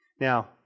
Now